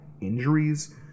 injuries